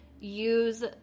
use